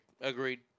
agreed